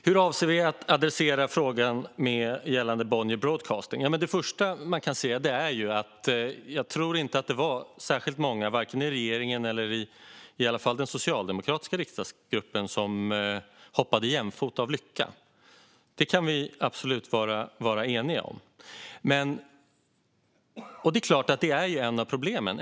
Herr talman! Hur avser vi att adressera frågan gällande Bonnier Broadcasting? Jag tror inte att det var särskilt många i regeringen som hoppade jämfota av lycka. I den socialdemokratiska riksdagsgruppen var det i alla fall inte det. Här kan vi absolut vara eniga; det är klart att detta är ett av problemen.